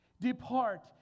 Depart